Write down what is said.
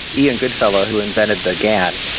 ian goodfellow who invented the gan,